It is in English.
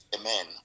Amen